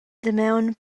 damaun